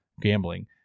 gambling